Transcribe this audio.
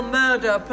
murder